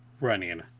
running